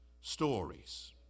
stories